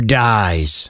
dies